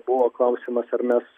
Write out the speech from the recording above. buvo klausimas ar mes